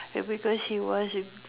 b~ because he was in